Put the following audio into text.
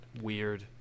Weird